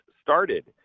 started